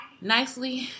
nicely